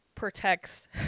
protects